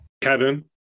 Kevin